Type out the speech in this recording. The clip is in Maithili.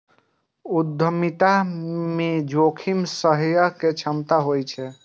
उद्यमिता मे जोखिम सहय के क्षमता होइ छै